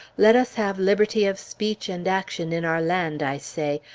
let us have liberty of speech and action in our land, i say,